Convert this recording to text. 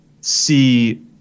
see